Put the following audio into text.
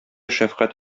шәфкать